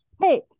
Hey